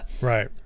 Right